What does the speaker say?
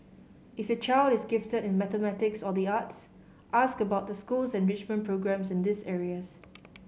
if your child is gifted in mathematics or the arts ask about the school's enrichment programmes in these areas